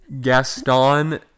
Gaston